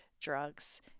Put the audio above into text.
drugs